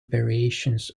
variations